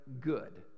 Good